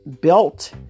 built